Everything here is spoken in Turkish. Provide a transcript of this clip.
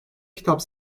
kitap